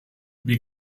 wie